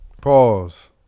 Pause